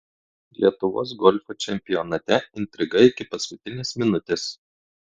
lietuvos golfo čempionate intriga iki paskutinės minutės